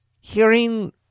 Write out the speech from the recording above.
hearing